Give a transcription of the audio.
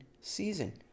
season